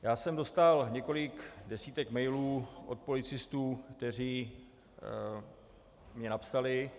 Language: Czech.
Já jsem dostal několik desítek mailů od policistů, kteří mi napsali.